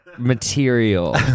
material